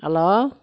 hello